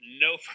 no